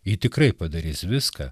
ji tikrai padarys viską